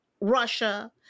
Russia